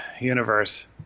universe